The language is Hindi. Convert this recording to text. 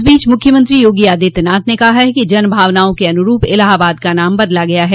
इस बीच मुख्यमंत्री योगी आदित्यनाथ ने कहा है कि जनभावनाओं के अनुरूप इलाहाबाद का नाम बदला गया है